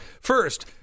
First